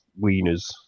wieners